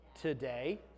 Today